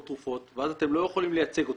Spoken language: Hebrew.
תרופות ואז אתם לא יכולים לייצג אותם,